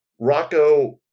Rocco